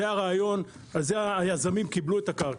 זה הרעיון, על זה היזמים קיבלו את הקרקע.